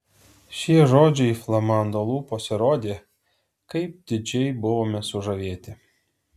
šie žodžiai flamando lūpose rodė kaip didžiai buvome sužavėti